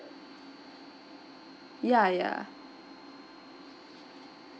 ya ya